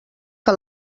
que